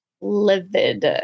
livid